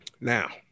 Now